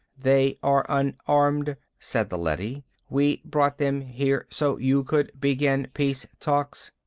they are unarmed, said the leady. we brought them here so you could begin peace talks.